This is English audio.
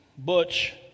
Butch